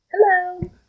Hello